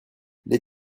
les